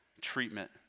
treatment